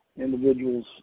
individuals